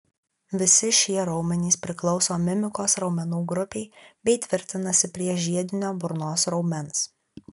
visi šie raumenys priklauso mimikos raumenų grupei bei tvirtinasi prie žiedinio burnos raumens